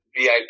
VIP